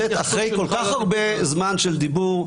אחרי כל כך הרבה זמן של דיבור,